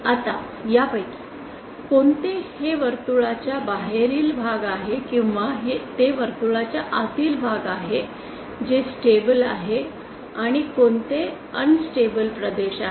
आता यापैकी कोणते हे वर्तुळाच्या बाहेरील भाग आहे किंवा ते वर्तुळाच्चे आतील भाग आहे जे स्टेबल आहे आणि कोणते अनन्स्टेबल प्रदेश आहे